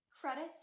credit